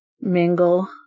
mingle